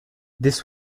this